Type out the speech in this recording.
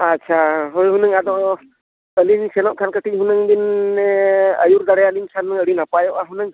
ᱟᱪᱪᱷᱟ ᱦᱳᱭ ᱦᱩᱱᱟᱹᱝ ᱟᱫᱚ ᱟᱹᱞᱤᱧ ᱞᱤᱧ ᱥᱮᱱᱚᱜ ᱠᱷᱟᱱ ᱠᱟᱹᱴᱤᱡ ᱦᱩᱱᱟᱹᱝ ᱵᱤᱱ ᱟᱹᱭᱩᱨ ᱫᱟᱲᱮ ᱟᱹᱞᱤᱧ ᱠᱷᱟᱱ ᱟᱹᱰᱤ ᱱᱟᱯᱟᱭᱚᱜᱼᱟ ᱦᱩᱱᱟᱹᱝ